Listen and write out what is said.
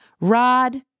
Rod